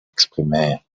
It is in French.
exprimer